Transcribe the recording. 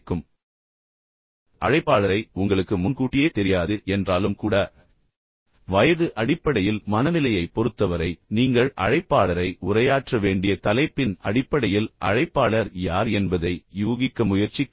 உங்கள் அழைப்பாளரை நீங்கள் முன்கூட்டியே தெரிந்து கொள்ள வேண்டும் அல்லது அழைப்பாளரை உங்களுக்கு முன்கூட்டியே தெரியாது என்றாலும் கூட வயது அடிப்படையில் மனநிலையைப் பொறுத்தவரை நீங்கள் அழைப்பாளரை உரையாற்ற வேண்டிய தலைப்பின் அடிப்படையில் அழைப்பாளர் யார் என்பதை யூகிக்க முயற்சிக்கவும்